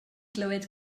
glywed